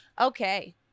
Okay